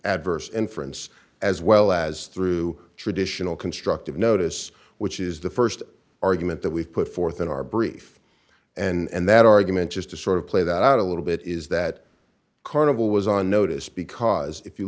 adverse inference as well as through traditional constructive notice which is the st argument that we've put forth in our brief and that argument just to sort of play that out a little bit is that carnival was on notice because if you